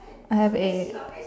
I have a